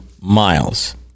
miles